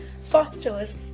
fosters